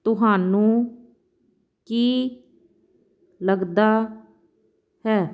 ਤੁਹਾਨੂੰ ਕੀ ਲੱਗਦਾ ਹੈ